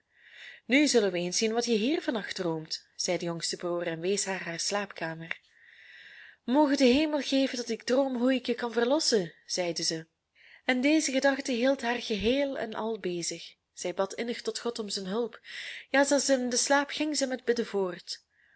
nu zullen we eens zien wat je hier van nacht droomt zei de jongste broer en wees haar haar slaapkamer moge de hemel geven dat ik droom hoe ik je kan verlossen zeide zij en deze gedachte hield haar geheel en al bezig zij bad innig tot god om zijn hulp ja zelfs in den slaap ging zij met bidden voort